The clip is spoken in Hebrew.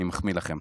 אני מחמיא לכם.